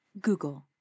Google